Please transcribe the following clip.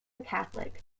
catholic